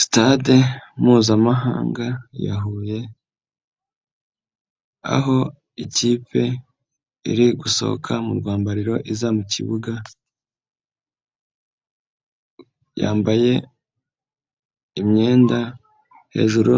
Sitade Mpuzamahanga ya Huye, aho ikipe iri gusohoka mu rwambariro iza mu kibuga, yambaye imyenda hejuru